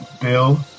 Bill